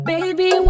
Baby